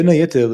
בין היתר,